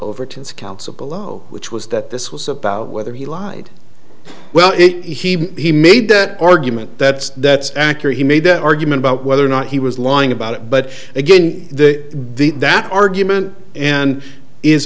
overtones council below which was that this was about whether he lied well he he made that argument that's that's accurate he made that argument about whether or not he was lying about it but again they did that argument and is